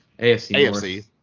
AFC